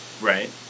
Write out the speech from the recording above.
right